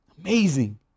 amazing